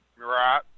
Right